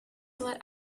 what